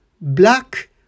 Black